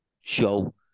show